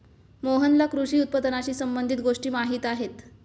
मोहनला कृषी उत्पादनाशी संबंधित गोष्टी माहीत आहेत